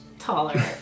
Taller